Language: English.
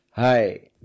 Hi